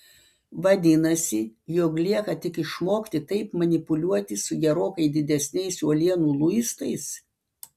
vadinasi jog lieka tik išmokti taip manipuliuoti su gerokai didesniais uolienų luistais